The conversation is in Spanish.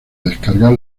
descargar